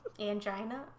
Angina